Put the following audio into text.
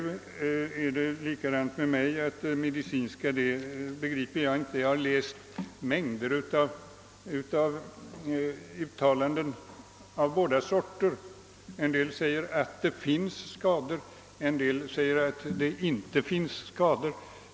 Det är med mig som med herr Carlshamre, att det medicinska begriper jag inte. Jag har läst mängder av uttalanden om detta. En del säger att fluor medför skador och andra att det inte gör det.